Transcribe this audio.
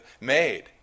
made